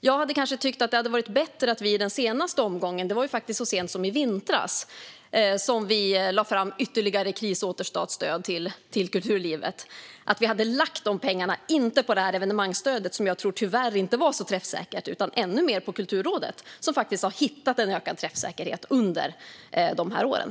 Jag hade kanske tyckt att det varit bättre om vi i den senaste omgången - det var faktiskt så sent som i vintras som vi lade fram ytterligare krisåterstartsstöd till kulturlivet - hade lagt de pengarna inte på evenemangsstödet, som jag tyvärr inte tror var så träffsäkert, utan ännu mer på Kulturrådet, som faktiskt har hittat en ökad träffsäkerhet under de här åren.